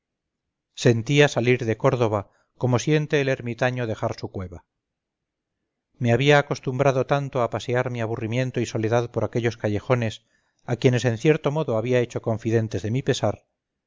sentía salir de córdoba como siente el ermitaño dejar su cueva me había acostumbrado tanto a pasear mi aburrimiento y soledad por aquellos callejones a quienes en cierto modo había hecho confidentes de mi pesar